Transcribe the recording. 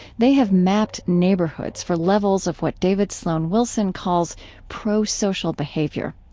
they have mapped neighborhoods for levels of what david sloan wilson calls pro-social behavior.